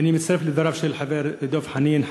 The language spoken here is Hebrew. אני מצטרף לדברים של חבר הכנסת דב חנין,